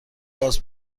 باز